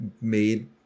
made